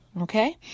Okay